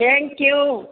thank you